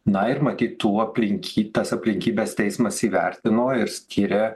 na ir matyt aplinky tas aplinkybes teismas įvertino ir skiria